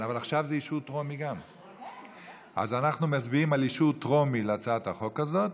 אז אנחנו מצביעים על אישור טרומי להצעת החוק הזאת,